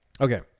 Okay